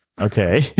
Okay